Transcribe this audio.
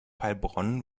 heilbronn